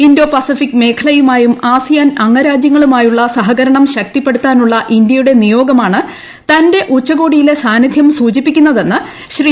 Indo Pacific മേഖലയുമായും ് ASEAN അംഗരാജ്യങ്ങളുമായുമുള്ള സഹീക്കരണം ശക്തിപ്പെടുത്താനുള്ള ഇന്ത്യ്യുട്ടെ നിയോഗമാണ് തന്റെ ഉച്ചകോടിയിലെ സാന്നിലൂട്ട് സൂചിപ്പിക്കുന്നതെന്ന് ശ്രീ